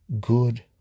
good